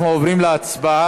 אנחנו עוברים להצבעה,